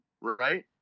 Right